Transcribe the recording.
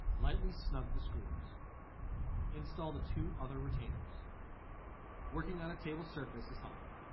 lightly snug the screws install the two other retainers working on a table surface is helpful